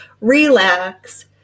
relax